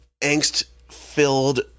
angst-filled